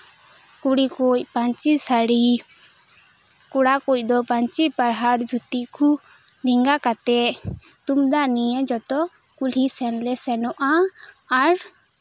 ᱠᱩᱲᱤ ᱠᱚ ᱯᱟᱹᱧᱪᱤ ᱥᱟᱹᱲᱤ ᱠᱚᱲᱟ ᱠᱚᱫᱚ ᱯᱟᱹᱧᱪᱤ ᱯᱟᱨᱦᱟᱲ ᱫᱷᱩᱛᱤ ᱠᱚ ᱰᱮᱝᱜᱟ ᱠᱟᱛᱮᱫ ᱛᱩᱢᱫᱟᱜ ᱱᱤᱭᱮ ᱡᱚᱛᱚ ᱠᱩᱞᱦᱤ ᱥᱮᱱ ᱞᱮ ᱥᱮᱱᱚᱜᱼᱟ ᱟᱨ